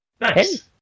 nice